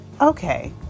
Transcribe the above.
okay